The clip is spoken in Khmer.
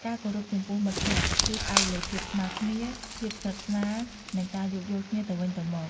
ការគោរពចំពោះមិត្តភក្តិ គឺផ្អែកលើភាពស្មើគ្នា ភាពស្និទ្ធស្នាល និងការយោគយល់គ្នាទៅវិញទៅមក។